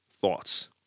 thoughts